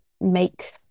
make